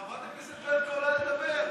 חברת הכנסת ברקו עולה לדבר.